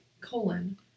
colon